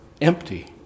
empty